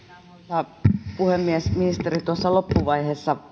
arvoisa puhemies ministeri tuossa loppuvaiheessa